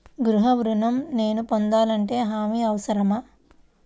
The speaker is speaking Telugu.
గృహ ఋణం నేను పొందాలంటే హామీ అవసరమా?